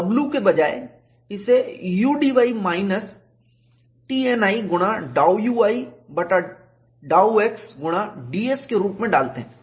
W के बजाय इसे Udy माइनस Tni गुणा ∂ui बटा ∂x गुणा ds के रूप में डालते हैं